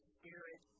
spirit